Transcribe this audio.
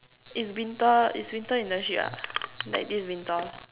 it's winter it's winter internship ah like this winter